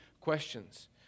questions